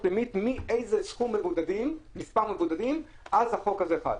limit מאיזה מס' מבודדים החוק הזה חל.